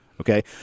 Okay